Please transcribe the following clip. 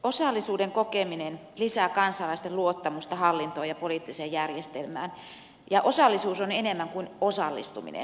osallisuuden kokeminen lisää kansalaisten luottamusta hallintoon ja poliittiseen järjestelmään ja osallisuus on enemmän kuin osallistuminen